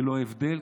ללא הבדלי דת,